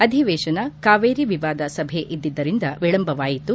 ಅಧಿವೇಶನ ಕಾವೇರಿ ವಿವಾದ ಸಭೆ ಇದ್ದಿದ್ದರಿಂದ ವಿಳಂಬವಾಯಿತು